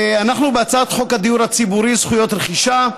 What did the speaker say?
אנחנו בהצעת חוק הדיור הציבורי, זכויות רכישה.